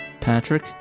Patrick